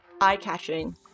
eye-catching